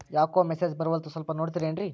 ಯಾಕೊ ಮೆಸೇಜ್ ಬರ್ವಲ್ತು ಸ್ವಲ್ಪ ನೋಡ್ತಿರೇನ್ರಿ?